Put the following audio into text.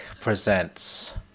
presents